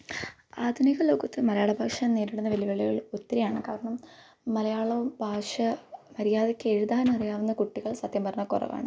ആധുനിക ലോകത്ത് മലയാള ഭാഷ നേരിടുന്ന വെല്ലുവിളികൾ ഒത്തിരിയാണ് കാരണം മലയാളം ഭാഷ മര്യാദക്ക് എഴുതാൻ അറിയാവുന്ന കുട്ടികൾ സത്യം പറഞ്ഞാൽ കുറവാണ്